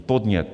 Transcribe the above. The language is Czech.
Podnět!